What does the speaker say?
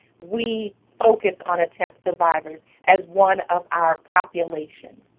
we focus on attempt survivors as one of our populations.